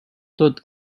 tot